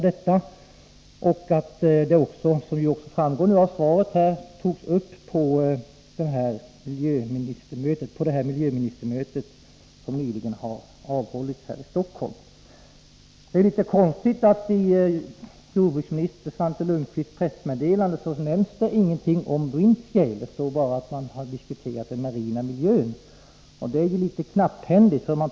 De togs också, vilket framgår av svaret, upp på miljöministermötet som nyligen har avhållits här i Stockholm. Det är litet konstigt att det i jordbruksminister Svante Lundkvists pressmeddelande inte nämns någonting om Windscale. Det står bara att man har diskuterat den marina miljön. Det är ju litet knapphändigt.